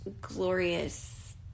glorious